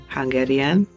Hungarian